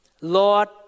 Lord